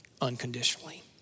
unconditionally